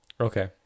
Okay